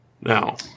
Now